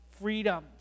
freedom